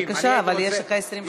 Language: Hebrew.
בבקשה אבל יש לך 20 שניות.